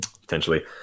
Potentially